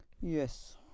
Yes